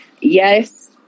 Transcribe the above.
yes